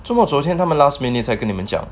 这么昨天他们 last minutes 才跟你们讲